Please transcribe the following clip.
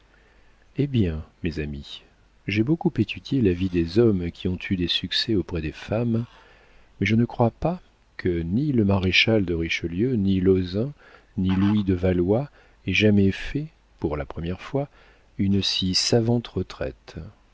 eh bien mes amis j'ai beaucoup étudié la vie des hommes qui ont eu des succès auprès des femmes mais je ne crois pas que ni le maréchal de richelieu ni lauzun ni louis de valois aient jamais fait pour la première fois une si savante retraite